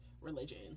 religion